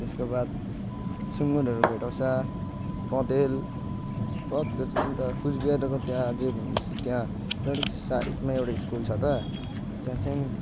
त्यसको बाद सुँगुरहरू भेटाउँछ बँदेल बहुत कुछ अन्त कुचबिहारको त्यहाँ अझै भन्दैछु त्यहाँ ट्रेडिसन साइडमा एउटा स्कुल छ त त्यहाँ चाहिँ नि